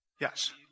Yes